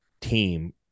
team